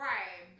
Right